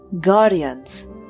guardians